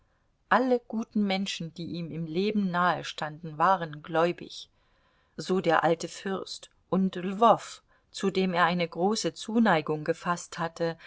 alle guten menschen die ihm im leben nahestanden waren gläubig so der alte fürst und lwow zu dem er eine große zuneigung gefaßt hatte